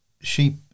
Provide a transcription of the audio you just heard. sheep